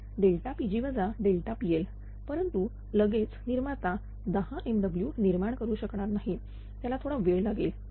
ती Pg PL परंतु लगेच निर्माता 10 MW निर्माण करू शकणार नाही त्याला थोडा वेळ लागेल